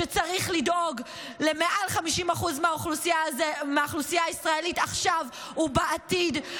שצריך לדאוג למעל 50% מהאוכלוסייה הישראלית עכשיו ובעתיד,